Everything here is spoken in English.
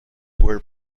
were